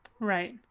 Right